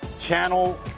channel